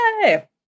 Yay